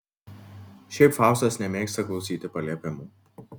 šiaip faustas nemėgsta klausyti paliepimų